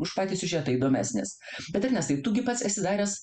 už patį siužetą įdomesnės bet ernestai tu gi pats esi daręs